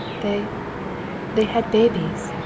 they they had babies,